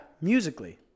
musically